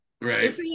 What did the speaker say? Right